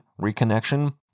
reconnection